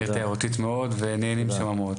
עיר תיירותית מאוד ונהנים שם מאוד.